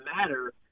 matter